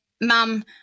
Mum